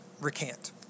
recant